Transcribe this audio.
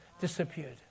disappeared